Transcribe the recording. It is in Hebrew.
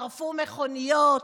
שרפו מכוניות,